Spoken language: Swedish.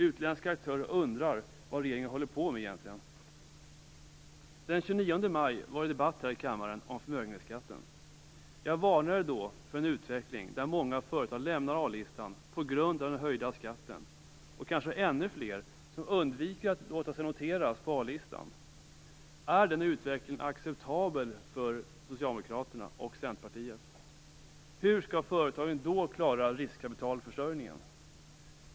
Utländska aktörer undrar vad regeringen håller på med egentligen. Den 29 maj var det debatt här i kammaren om förmögenhetsskatten. Jag varnade då för en utveckling där många företag lämnar A-listan på grund av den höjda skatten och kanske ännu fler undviker att låta sig noteras på A-listan. Är den utvecklingen acceptabel för Socialdemokraterna och Centerpartiet? Hur skall företagen då klara riskkapitalförsörjningen?